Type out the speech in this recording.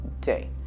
day